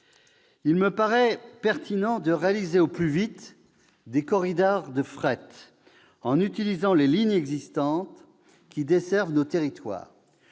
Il me paraît pertinent de réaliser au plus vite des « corridors de fret », en utilisant les lignes existantes qui desservent nos territoires.